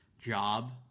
job